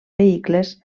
vehicles